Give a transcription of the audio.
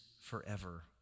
forever